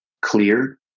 clear